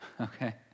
okay